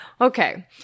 Okay